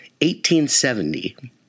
1870